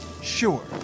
sure